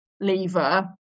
lever